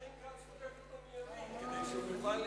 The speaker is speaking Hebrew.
לכן כץ תוקף אותו מימין, כדי שהוא יוכל ליהנות.